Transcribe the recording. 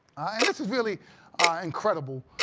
and this is really incredible.